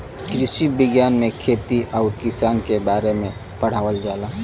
कृषि विज्ञान में खेती आउर किसानी के बारे में पढ़ावल जाला